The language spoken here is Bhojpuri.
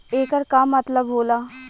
येकर का मतलब होला?